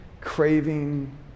craving